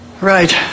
Right